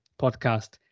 podcast